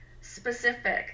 specific